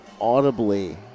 Audibly